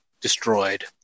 destroyed